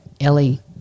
Ellie